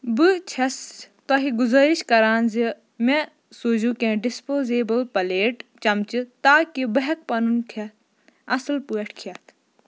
بہٕ چھس تۄہہِ گُزٲرِش کَران زِ مےٚ سوٗزِو کینٛہہ ڈِسپوزیبٕل پَلیٹ چَمچہِ تاکہِ بہٕ ہٮ۪کہٕ پَنُن کھٮ۪تھ اَصٕل پٲٹھۍ کھٮ۪تھ